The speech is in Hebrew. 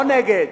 לא נגד,